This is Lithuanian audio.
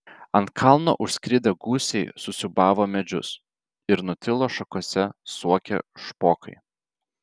ant kalno užskridę gūsiai susiūbavo medžius ir nutilo šakose suokę špokai